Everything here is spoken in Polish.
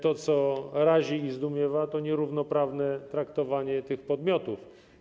To, co razi i zdumiewa, to nierównoprawne traktowanie tych podmiotów.